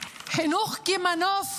חינוך כמנוף